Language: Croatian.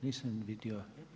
Nisam vidio.